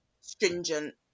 stringent